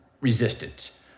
resistance